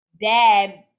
dad